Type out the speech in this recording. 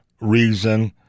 reason